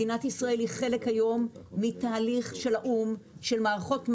מדינת ישראל היום היא חלק מתהליך של האו"ם להבראת מערכות מזון.